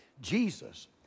Jesus